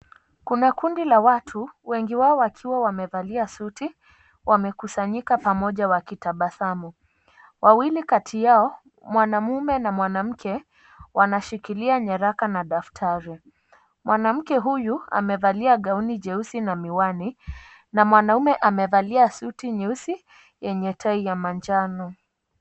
Kuna kundi la watu, wengi wao wakiwa wamevalia suti, wamekusanyika pamoja wakitabasamu. Wawili kati yao, mwanaume na mwanamke, wameshikilia nyaraka na daftari. Mwanamke huyu, amevalia gauni jeusi na miwani na mwaume amevalia suti nyeusi yenye tai ya manjano.